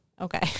Okay